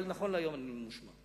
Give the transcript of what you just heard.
אבל נכון להיום אני ממושמע.